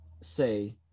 say